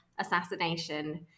assassination